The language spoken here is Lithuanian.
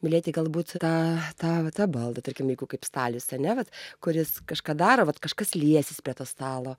mylėti galbūt tą tą va tą baldą tarkim jeigu kaip stalius ane vat kuris kažką daro vat kažkas liesis prie to stalo